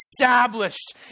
established